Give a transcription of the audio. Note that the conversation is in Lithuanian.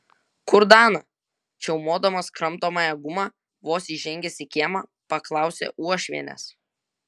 kur dana čiaumodamas kramtomąją gumą vos įžengęs į kiemą paklausė uošvienės